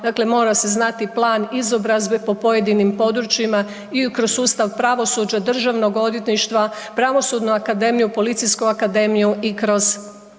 Dakle, mora se znati plan izobrazbe po pojedinim područjima i kroz sustav pravosuđa DORH-a, Pravosudnu akademiju, Policijsku akademiju i kroz